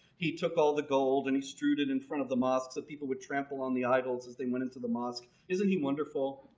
he took all the gold and he strewed it in front of the mosques that people would trample on the idols as they went into the mosque. isn't he wonderful?